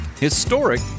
historic